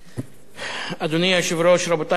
אדוני היושב-ראש, רבותי חברי הכנסת,